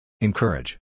Encourage